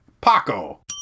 paco